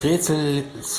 rätsels